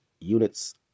units